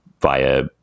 via